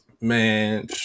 man